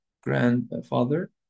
grandfather